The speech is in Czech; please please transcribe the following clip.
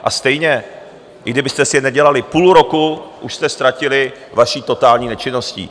A stejně, i kdybyste si je nedělali, tak půl roku už jste ztratili vaší totální nečinností.